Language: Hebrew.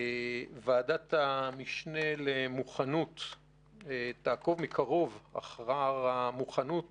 ועדת המשנה למוכנות תעקוב מקרוב אחר המוכנות